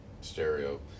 stereo